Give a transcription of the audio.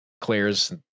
Claire's